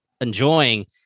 enjoying